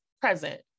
present